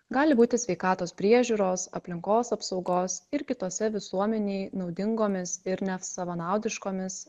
gali būti sveikatos priežiūros aplinkos apsaugos ir kitose visuomenei naudingomis ir nesavanaudiškomis